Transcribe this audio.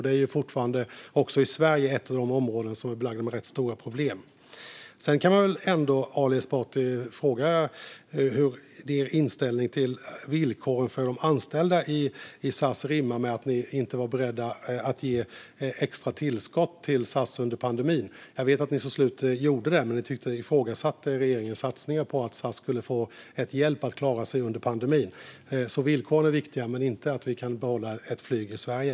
Det är fortfarande också i Sverige ett av de områden som är belagda med rätt stora problem. Sedan kan man ändå fråga Ali Esbati om hur er inställning till villkoren för de anställda i SAS rimmar med att ni inte var beredda att ge extra tillskott till SAS under pandemin. Jag vet att ni till slut gjorde det. Men ni ifrågasatte regeringens satsningar på att SAS skulle få hjälp att klara sig under pandemin. Villkor är viktiga, men inte att vi kan behålla ett flyg i Sverige.